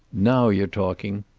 now you're talking.